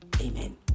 Amen